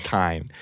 time